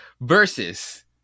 versus